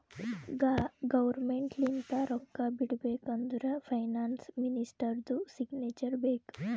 government ಲಿಂತ ರೊಕ್ಕಾ ಬಿಡ್ಬೇಕ ಅಂದುರ್ ಫೈನಾನ್ಸ್ ಮಿನಿಸ್ಟರ್ದು ಸಿಗ್ನೇಚರ್ ಬೇಕ್